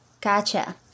gotcha